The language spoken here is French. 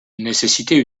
nécessitait